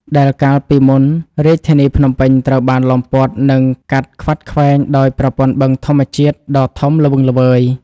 ដែលកាលពីមុនរាជធានីភ្នំពេញត្រូវបានឡោមព័ទ្ធ និងកាត់ខ្វាត់ខ្វែងដោយប្រព័ន្ធបឹងធម្មជាតិដ៏ធំល្វឹងល្វើយ។